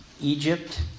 Egypt